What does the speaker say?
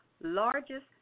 largest